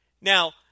Now